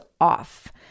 off